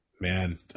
Man